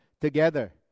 together